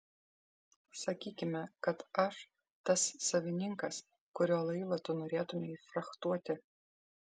sakykime kad aš tas savininkas kurio laivą tu norėtumei frachtuoti